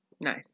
Nice